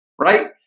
right